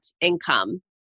income